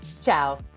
Ciao